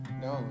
No